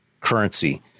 currency